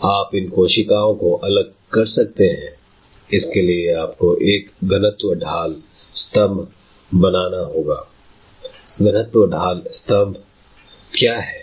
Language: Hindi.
I आप इन कोशिकाओं को अलग कर सकते हैं I इसके लिए आपको एक घनत्व ढाल स्तंभ बनाना है I घनत्व ढाल स्तंभ क्या है